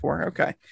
Okay